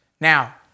Now